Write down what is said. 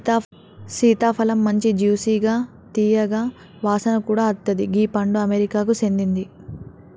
సీతాఫలమ్ మంచి జ్యూసిగా తీయగా వాసన కూడా అత్తది గీ పండు అమెరికాకు సేందింది